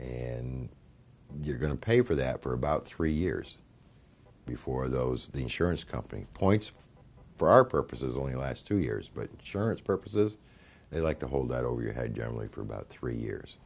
and you're going to pay for that for about three years before those the insurance company points for our purposes only last two years but insurance purposes they like to hold that over your head generally for about three years